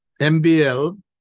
MBL